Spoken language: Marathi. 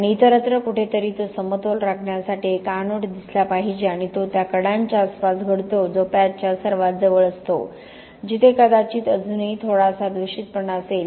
आणि इतरत्र कुठेतरी तो समतोल राखण्यासाठी एक एनोड दिसला पाहिजे आणि तो त्या कडांच्या आसपास घडतो जो पॅचच्या सर्वात जवळ असतो जिथे कदाचित अजूनही थोडासा दूषितपणा असेल